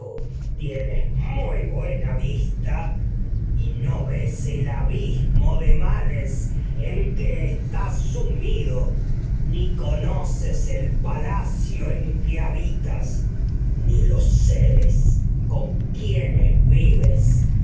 tú tienes buena vista y no ves el abismo de males en que ni estás sumido ni conoces el palacio en que seres habitas los con quienes vives